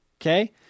Okay